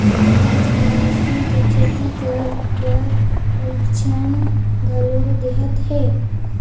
आयज कायल मसरूम के खेती करे बर परिक्छन घलो देहत हे